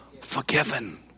Forgiven